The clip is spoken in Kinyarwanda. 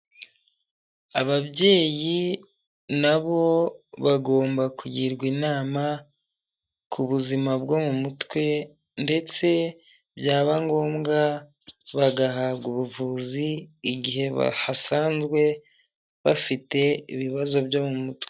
Ababyeyi na bo bagomba kugirwa inama ku buzima bwo mu mutwe ndetse byaba ngombwa bagahabwa ubuvuzi igihe hasanzwe bafite ibibazo byo mu mutwe.